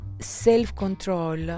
self-control